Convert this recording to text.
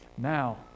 Now